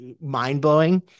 mind-blowing